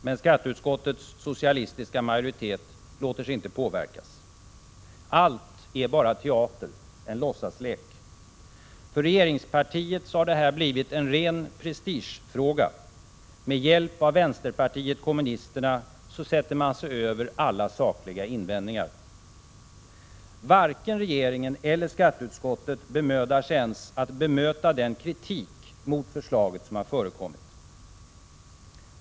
Men skatteutskottets socialistiska majoritet låter sig inte påverkas. Allt är bara teater, en låtsaslek. För regeringspartiet har det blivit en ren prestigefråga. Med hjälp av vänsterpartiet kommunisterna sätter man sig över alla sakliga invändningar. Varken regeringen eller skatteutskottet bemödar sig om att bemöta den kritik mot förslaget som förekommit.